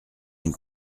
une